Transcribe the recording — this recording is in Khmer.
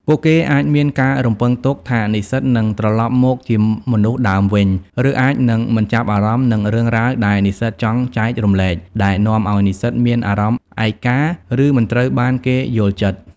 ពួកគេអាចមានការរំពឹងទុកថានិស្សិតនឹងត្រឡប់មកជាមនុស្សដើមវិញ ឬអាចនឹងមិនចាប់អារម្មណ៍នឹងរឿងរ៉ាវដែលនិស្សិតចង់ចែករំលែក ដែលនាំឱ្យនិស្សិតមានអារម្មណ៍ថាឯកា ឬមិនត្រូវបានគេយល់ចិត្ត។